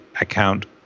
account